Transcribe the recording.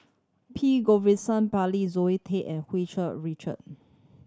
P Govindasamy Pillai Zoe Tay and Hu Tsu Richard